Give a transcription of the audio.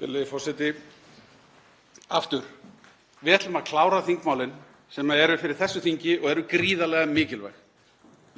Við ætlum að klára þingmálin sem eru fyrir þessu þingi og eru gríðarlega mikilvæg,